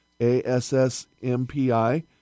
A-S-S-M-P-I